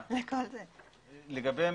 לגבי המסמכים,